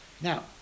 Now